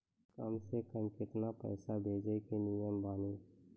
कम से कम केतना पैसा भेजै के नियम बानी?